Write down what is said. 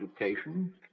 education